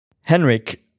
Henrik